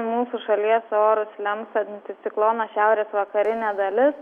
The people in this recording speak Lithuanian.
mūsų šalies orus lems anticiklono šiaurės vakarinė dalis